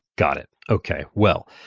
got it. okay. well,